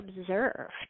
observed